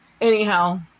anyhow